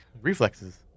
Reflexes